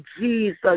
Jesus